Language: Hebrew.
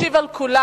ישיב על כולן